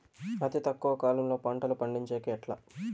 అతి తక్కువ కాలంలో పంటలు పండించేకి ఎట్లా?